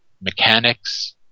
mechanics